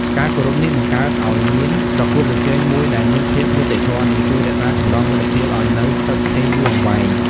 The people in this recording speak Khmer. ការគោរពនេះបង្កើតឲ្យមានប្រកួតប្រជែងមួយដែលមានភាពយុត្តិធម៌ និងជួយរក្សាចំណងមិត្តភាពឱ្យនៅស្ថិតស្ថេរយូរអង្វែង។